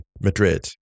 Madrid